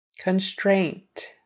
constraint